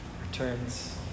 returns